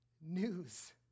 news